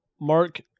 Mark